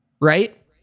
right